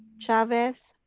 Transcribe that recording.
chavez,